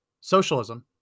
socialism